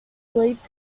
believed